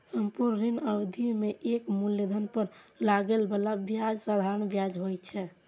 संपूर्ण ऋण अवधि मे एके मूलधन पर लागै बला ब्याज साधारण ब्याज होइ छै